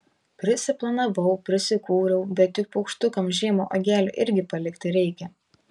prisiplanavau prisikūriau bet juk paukštukams žiemą uogelių irgi palikti reikia